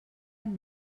amb